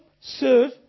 serve